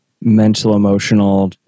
mental-emotional